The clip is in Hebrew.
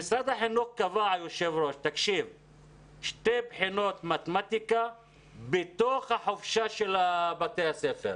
משרד החינוך קבע שתי בחינות מתמטיקה בזמן החופשה של בתי הספר.